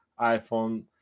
iPhone